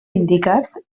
indicat